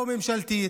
או ממשלתית